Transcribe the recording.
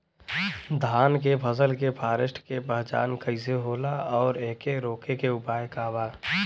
धान के फसल के फारेस्ट के पहचान कइसे होला और एके रोके के उपाय का बा?